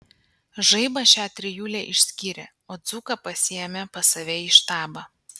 žaibas šią trijulę išskyrė o dzūką pasiėmė pas save į štabą